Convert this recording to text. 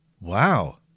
Wow